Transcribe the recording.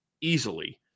easily